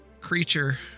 creature